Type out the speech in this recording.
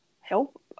help